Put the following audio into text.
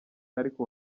ariko